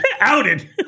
outed